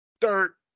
Dirt